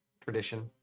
tradition